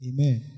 Amen